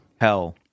Hell